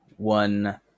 one